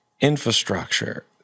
infrastructure